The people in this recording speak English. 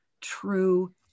true